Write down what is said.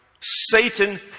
Satan